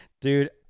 Dude